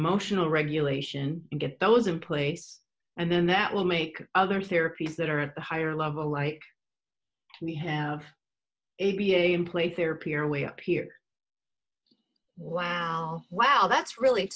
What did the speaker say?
emotional regulation get those in place and then that will make other therapies that are at the higher level like we have a b a in play therapy are way up here wow wow that's really